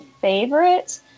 favorite